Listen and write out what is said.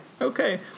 okay